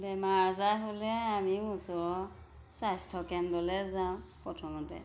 বেমাৰ আজাৰ হ'লে আমি ওচৰৰ স্বাস্থ্যকেন্দ্ৰলৈ যাওঁ প্ৰথমতে